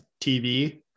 TV